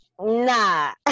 Nah